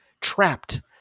trapped